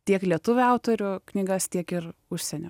tiek lietuvių autorių knygas tiek ir užsienio